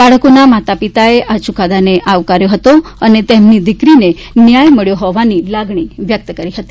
બાળકોના માતા પિતાએ આ ચુકાદાને આવકાર્યો હતો અને તેમની દીકરીને ન્યાય મળ્યો હોવાની લાગણી વ્યકત કરી હતી